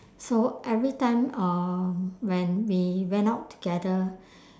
so every time um when we went out together